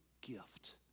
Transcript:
gift